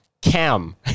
cam